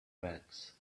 backs